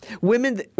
Women